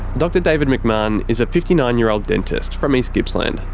dr david mcmahon is a fifty nine year old dentist from east gippsland.